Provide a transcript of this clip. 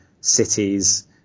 cities